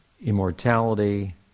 immortality